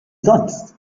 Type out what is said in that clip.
sonst